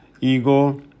ego